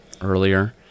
earlier